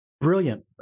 brilliant